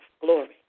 Glory